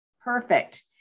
perfect